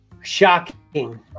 shocking